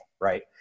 right